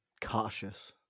cautious